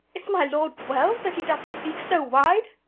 is my lord well, that he doth speak so wide?